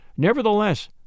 Nevertheless